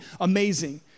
amazing